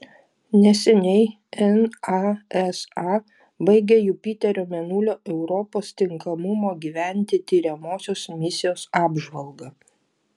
neseniai nasa baigė jupiterio mėnulio europos tinkamumo gyventi tiriamosios misijos apžvalgą